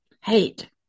hate